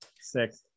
Six